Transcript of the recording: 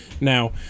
Now